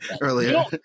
earlier